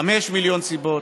חמישה מיליון סיבות,